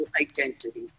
identity